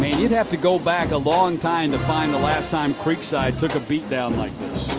you'd have to go back a long time to find the last time creekside took a beatdown like this.